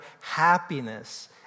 happiness